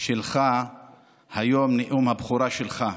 שלך היום, נאום הבכורה שלך.